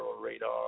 radar